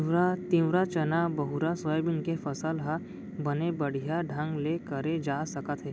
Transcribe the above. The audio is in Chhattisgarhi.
तिंवरा, चना, बहुरा, सोयाबीन के फसल ह बने बड़िहा ढंग ले करे जा सकत हे